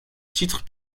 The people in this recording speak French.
titre